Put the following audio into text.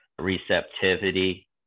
receptivity